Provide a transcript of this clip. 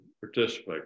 participate